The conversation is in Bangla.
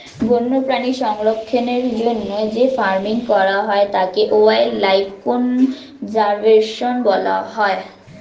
বন্যপ্রাণী সংরক্ষণের জন্য যে ফার্মিং করা হয় তাকে ওয়াইল্ড লাইফ কনজার্ভেশন বলা হয়